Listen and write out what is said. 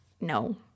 No